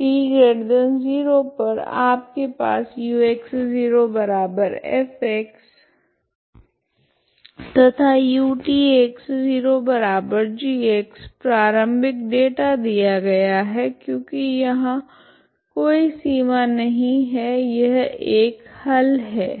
t0 पर आपके पास ux0f तथा utx0g प्रारम्भिक डेटा दिया गया है क्योकि यहाँ कोई सीमा नहीं है यह एक हल है